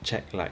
check like